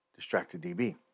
DistractedDB